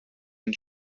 and